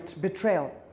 betrayal